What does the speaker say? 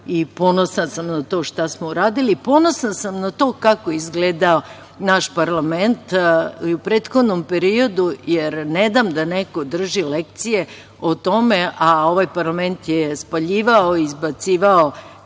ponosna sam na to šta smo uradili. Ponosna sam na to kako je izgledao naš parlament, i u prethodnom periodu, jer ne dam da neko drži lekcije o tome, a ovaj parlament je spaljivao i izbacivao